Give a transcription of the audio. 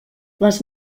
les